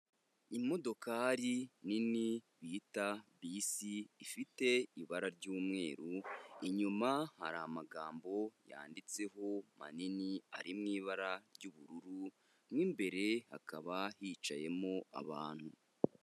Imodokari nini bita bisi ifite ibara ry'umweru, inyuma hari amagambo yanditseho manini ari mu ibara ry'ubururu mo imbere hakaba hicayemo abantu.